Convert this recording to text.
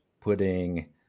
putting